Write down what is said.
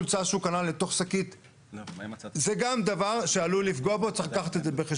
עד לא מזמן מרבית הרשתות היו שולחות עם ארגזים.